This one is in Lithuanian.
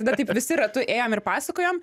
dar taip visi ratu ėjom ir pasakojom